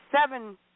seven